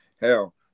hell